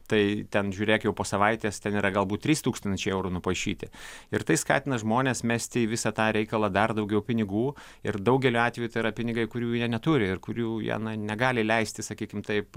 tai ten žiūrėk jau po savaitės ten yra galbūt trys tūkstančiai eurų nupaišyti ir tai skatina žmones mesti į visą tą reikalą dar daugiau pinigų ir daugeliu atveju tai yra pinigai kurių jie neturi ir kurių jie na negali leisti sakykim taip